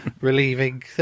relieving